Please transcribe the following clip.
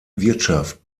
wirtschaft